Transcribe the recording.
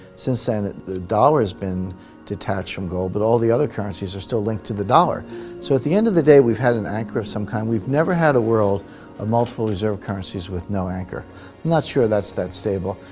since then, the dollar has been detached from gold but all the other currencies are still linked to the dollar so at the end of the day we've had an anchor of some kind, we've never had a world of multiple reserve currencies with no anchor. i'm not sure that's that stable.